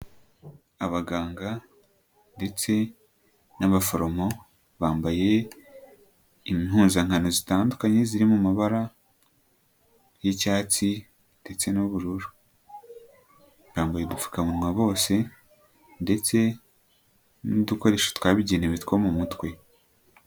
Abaganga ndetse n'abaforomo bambaye impuzankano zitandukanye ziri mu mabara y'icyatsi ndetse n'ubururu. Bambaye udupfukamunwa bose ndetse n'udukoresho twabigenewe two mu mutwe.